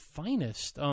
finest